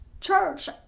church